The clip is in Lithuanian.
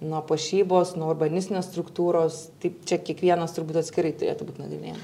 nuo puošybos nuo urbanistinės struktūros tai čia kiekvienas turbūt atskirai turėtų būt nagrinėjama